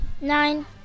Nine